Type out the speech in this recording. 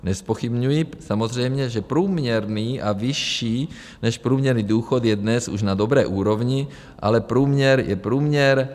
Nezpochybňuji samozřejmě, že průměrný a vyšší než průměrný důchod je dnes už na dobré úrovni, ale průměr je průměr.